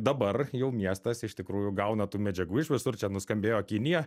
dabar jau miestas iš tikrųjų gauna tų medžiagų iš visur čia nuskambėjo kinija